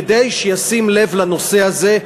כדי שישים לב לנושא הזה,